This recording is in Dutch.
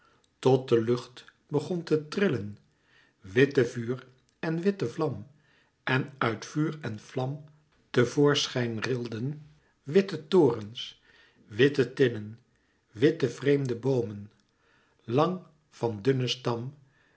tot de lucht begon te trillen witte vuur en witte vlam en uit vuur en vlam te voorschijn rilden witte torens witte tinnen witte vreemde boomen lang van dunnen stam